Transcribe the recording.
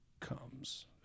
comes